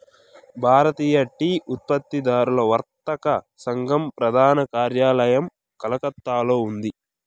భారతీయ tea ఉత్పత్తిదారుల వర్తక సంఘం ప్రధాన కార్యాలయం కలకత్తాలో ఉంది